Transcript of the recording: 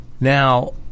Now